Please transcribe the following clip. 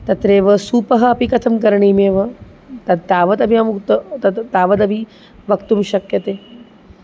तत्रैव सूपः अपि कथं करणीयम् एवं तत् तावदपि अहम् उक्त्वा तत् तावदपि वक्तुं शक्यते